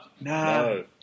No